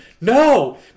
no